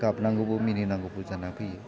गाबनांगौबो मिनिनांगौबो जाना फैयो